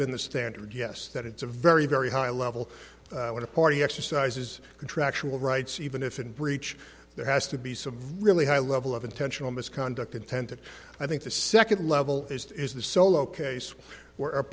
been the standard yes that it's a very very high level when a party exercises contractual rights even if in breach there has to be some really high level of intentional misconduct intended i think the second level is the solo case